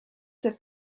that